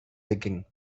digging